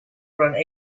were